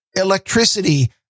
electricity